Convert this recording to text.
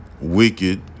Wicked